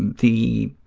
the